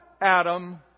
Adam